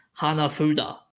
Hanafuda